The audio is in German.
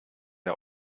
der